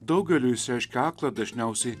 daugeliui reiškia aklą dažniausiai